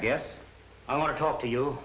guess i want to talk to you